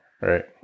right